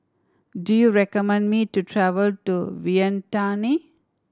do you recommend me to travel to Vientiane